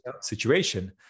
situation